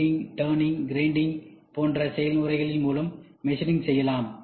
milling turning grinding போன்ற செயல்முறைகளில் மூலம் மெஷினிங் செய்யலாம்